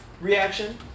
reaction